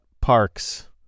parks